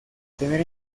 tener